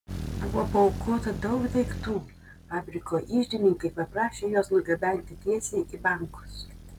buvo paaukota daug daiktų fabriko iždininkai paprašė juos nugabenti tiesiai į bankus